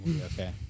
Okay